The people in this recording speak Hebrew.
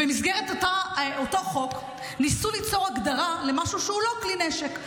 במסגרת אותו חוק ניסו ליצור הגדרה למשהו שהוא לא כלי נשק.